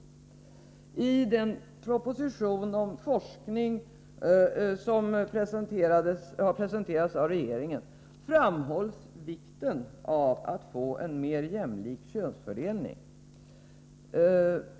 I den proposition om forskning som har presenterats av regeringen framhålls vikten av att få en mera jämlik könsfördelning.